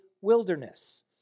wilderness